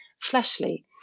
fleshly